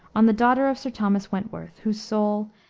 on the daughter of sir thomas wentworth, whose soul.